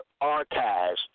Archives